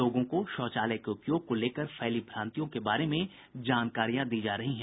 लोगों को शौचालय के उपयोग को लेकर फैली भ्रांतियों के बारे में जानकारियां दी जा रही हैं